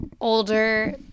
older